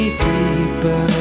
deeper